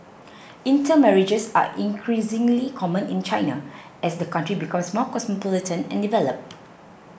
intermarriages are increasingly common in China as the country becomes more cosmopolitan and developed